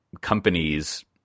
companies